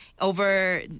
over